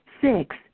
Six